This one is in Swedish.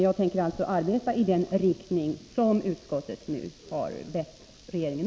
Jag tänker då arbeta i den riktning som utskottet nu har angett för regeringen.